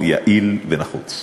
יעיל ונחוץ.